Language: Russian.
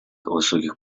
высоких